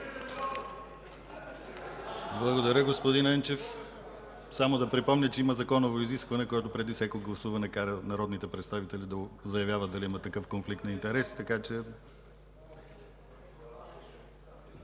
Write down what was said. Благодаря, господин Енчев. Само да припомня, че има законово изискване, което преди всяко гласуване кара народните представители да заявяват дали имат такъв конфликт на интереси.